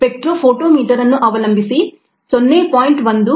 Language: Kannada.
ಸ್ಪೆಕ್ಟ್ರೋಫೋಟೋಮೀಟರ್ spectrophotometer ಅನ್ನು ಅವಲಂಬಿಸಿ 0